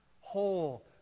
whole